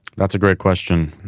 that's a great question.